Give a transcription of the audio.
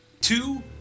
Two